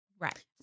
Right